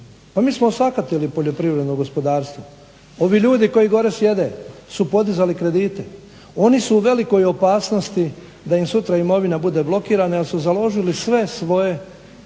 mi smo osakatili poljoprivredno gospodarstvo. Ovi ljudi koji gore sjede su podizali kredite, oni su u velikoj opasnosti da im sutra imovina bude blokirana jer su založili sve svoje